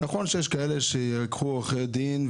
נכון שיש כאלה שייקחו עורכי דין,